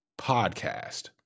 podcast